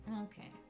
Okay